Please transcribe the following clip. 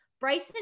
Bryson